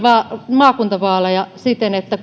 maakuntavaaleja siten että